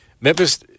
memphis